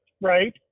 right